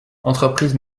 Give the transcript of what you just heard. entreprise